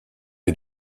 est